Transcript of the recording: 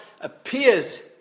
appears